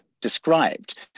described